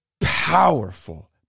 powerful